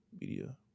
Media